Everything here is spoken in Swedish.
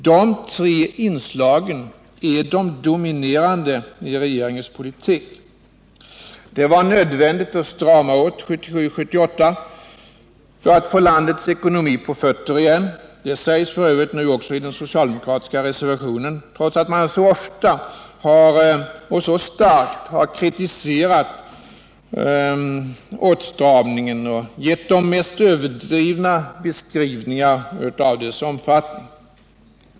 De tre inslagen är de dominerande i regeringens politik. Det var nödvändigt att strama åt 1977-1978 för att få landets ekonomi på fötter igen. Det sägs f. ö. nu också i den socialdemokratiska reservationen, trots att man så ofta och så starkt har kritiserat åtstramningen och gett de mest överdrivna beskrivningar av dess omfattning.